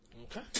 Okay